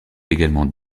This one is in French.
également